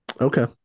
Okay